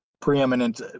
preeminent